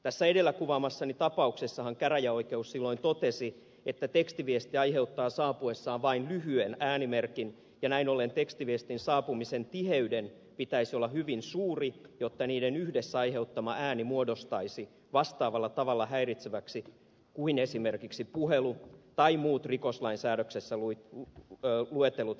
tässä edellä kuvaamassani tapauksessahan käräjäoikeus silloin totesi että tekstiviesti aiheuttaa saapuessaan vain lyhyen äänimerkin ja näin ollen tekstiviestien saapumisen tiheyden pitäisi olla hyvin suuri jotta niiden yhdessä aiheuttama ääni muodostuisi vastaavalla tavalla häiritseväksi kuin esimerkiksi puhelu tai muut rikoslain säädöksissä luetellut häiritsemistavat